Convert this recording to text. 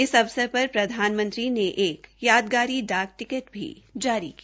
इस अवसर पर प्रधानमंत्री ने एक डाक टिकट भी जारी किया